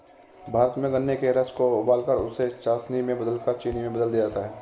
भारत में गन्ने के रस को उबालकर उसे चासनी में बदलकर चीनी में बदल दिया जाता है